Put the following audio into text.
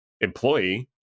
employee